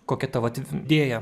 kokie ta vat idėja